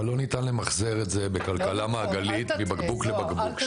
אבל לא ניתן למחזר את זה בכלכלה מעגלית מבקבוק לבקבוק.